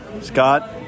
Scott